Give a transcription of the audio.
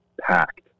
packed